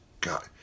God